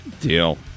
Deal